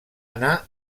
anar